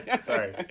sorry